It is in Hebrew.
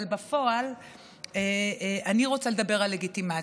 אבל בפועל אני רוצה לדבר על לגיטימציה,